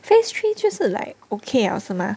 phase three 就是 like okay liao 是吗